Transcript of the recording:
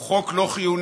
הוא חוק לא חיוני,